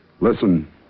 Listen